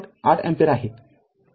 ८ ampere आहे